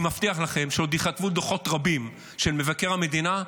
אני מבטיח לכם שעוד ייכתבו דוחות רבים של מבקר המדינה,